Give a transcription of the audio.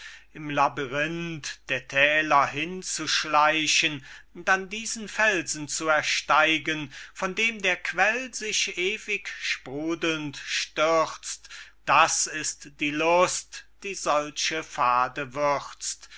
im labyrinth der thäler hinzuschleichen dann diesen felsen zu ersteigen von dem der quell sich ewig sprudelnd stürzt das ist die lust die solche pfade